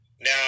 Now